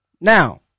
Now